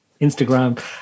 Instagram